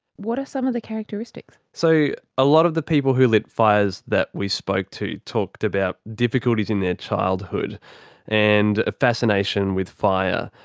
what are some of the characteristics? so a lot of the people who lit fires that we spoke to talked about difficulties in their childhood and a fascination with fire.